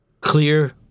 clear